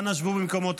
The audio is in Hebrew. אנא שבו במקומותיכם.